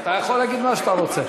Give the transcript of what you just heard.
אתה יכול להגיד מה שאתה רוצה.